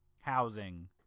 housing